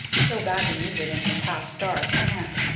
so badly needed in his half-starved camp.